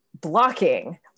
blocking